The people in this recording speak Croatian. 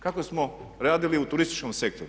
Kako smo radili u turističkom sektoru.